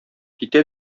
китә